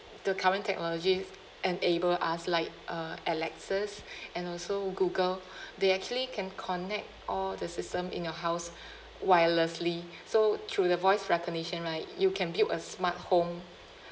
the current technology enabled us like uh alexa's and also google they actually can connect all the system in your house wirelessly so through the voice recognition right you can build a smart home